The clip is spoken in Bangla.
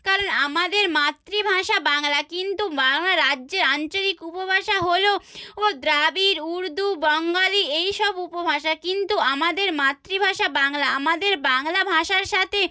কারণ আমাদের মাতৃভাষা বাংলা কিন্তু বাংলা রাজ্যে আঞ্চলিক উপভাষা হলো ও দ্রাবিড় উর্দু বঙ্গালী এই সব উপভাষা কিন্তু আমাদের মাতৃভাষা বাংলা আমাদের বাংলা ভাষার সাথে